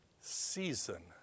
season